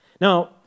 Now